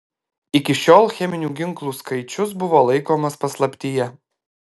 iki šiol cheminių ginklų skaičius buvo laikomas paslaptyje